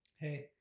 Hey